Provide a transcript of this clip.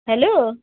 hello